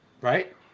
right